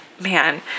man